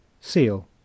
Seal